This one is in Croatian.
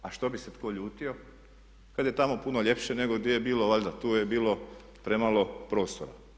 A što bi se tko ljutio kad je tamo puno ljepše nego gdje je bilo valjda tu je bilo premalo prostora.